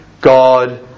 God